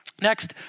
Next